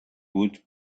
would